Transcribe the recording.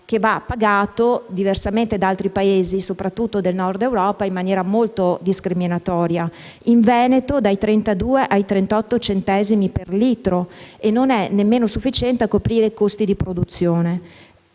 che viene pagato, diversamente da altri Paesi, soprattutto del Nord Europa, in maniera molto discriminatoria: in Veneto dai 32 ai 38 centesimi per litro, che non è nemmeno sufficiente a coprire i costi di produzione.